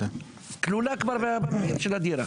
כלולה בתשתית של הדירה?